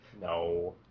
no